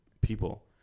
people